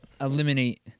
Eliminate